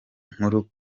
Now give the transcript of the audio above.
nkuru